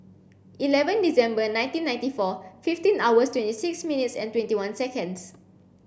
eleven December nineteen ninety four fifteen hours twenty six minutes and twenty one seconds